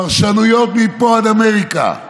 פרשנויות מפה עד אמריקה.